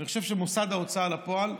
ואני חושב שמוסד ההוצאה לפועל,